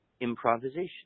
improvisation